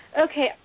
Okay